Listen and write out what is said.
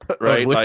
right